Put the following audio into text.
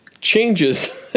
changes